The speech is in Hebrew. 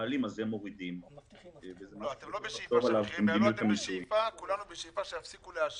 כולנו בשאיפה שיפסיקו לעשן,